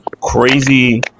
crazy